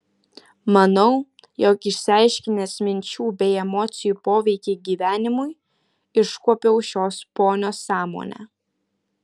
manau jog išaiškinęs minčių bei emocijų poveikį gyvenimui iškuopiau šios ponios sąmonę